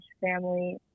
family